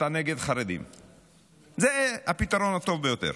זה מה שכתוב שם: